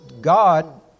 God